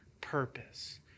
purpose